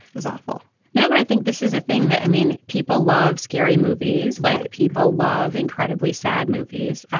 is awful now. and i think this is a thing that i mean people love scary movies like people love incredibly sad movies.